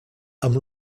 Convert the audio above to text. amb